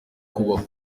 kubaho